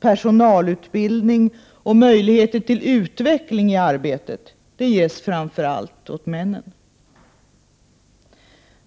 Personalutbildning och möjligheter till utveckling i arbetet ges framför allt männen.